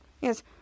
Yes